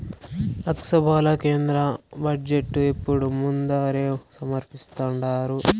లోక్సభల కేంద్ర బడ్జెటు ఎప్పుడూ ముందరే సమర్పిస్థాండారు